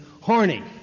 horny